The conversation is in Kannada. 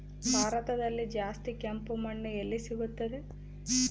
ಭಾರತದಲ್ಲಿ ಜಾಸ್ತಿ ಕೆಂಪು ಮಣ್ಣು ಎಲ್ಲಿ ಸಿಗುತ್ತದೆ?